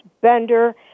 Bender